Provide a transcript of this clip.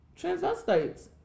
transvestites